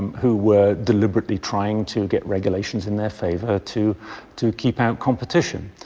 who were deliberately trying to get regulations in their favor to to keep out competition.